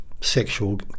sexual